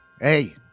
hey